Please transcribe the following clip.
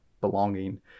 belonging